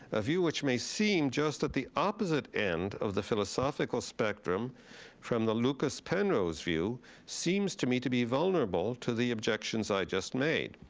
a view which may seem just at the opposite end of the philosophical spectrum from the lucas, penrose view seems to me to be vulnerable to the objections i just made.